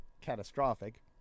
catastrophic